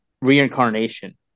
reincarnation